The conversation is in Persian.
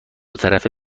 طرفه